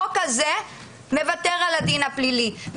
החוק הזה מוותר על הדין הפלילי,